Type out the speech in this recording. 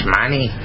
money